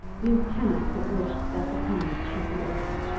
you cannot but wish that the penance should be over.